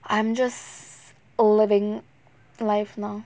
I am just living life now